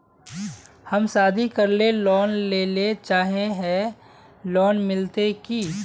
हम शादी करले लोन लेले चाहे है लोन मिलते की?